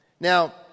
Now